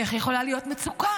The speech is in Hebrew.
איך יכולה להיות מצוקה?